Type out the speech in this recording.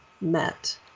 met